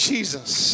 Jesus